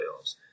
playoffs